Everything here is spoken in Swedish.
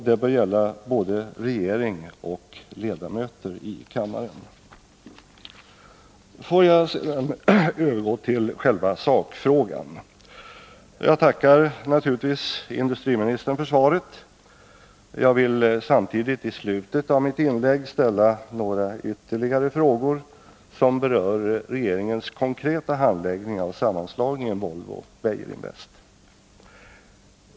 Det bör gälla både regering och ledamöter i kammaren. Får jag övergå till själva sakfrågan. Jag tackar naturligtvis industriministern för svaret. Jag vill dock i slutet av mitt inlägg ställa några ytterligare frågor, som berör regeringens konkreta handläggning av sammanslagningen Volvo-Beijerinvest.